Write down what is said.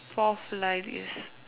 forth line is